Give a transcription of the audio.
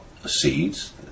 seeds